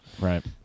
Right